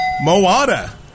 Moana